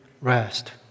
rest